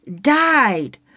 Died